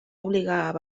obligar